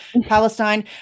Palestine